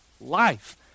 life